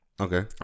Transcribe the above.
Okay